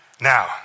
Now